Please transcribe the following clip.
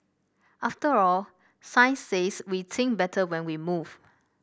after all science says we think better when we move